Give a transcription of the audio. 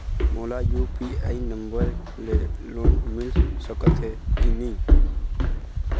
मोला UPI number ले loan मिल सकथे कि नहीं?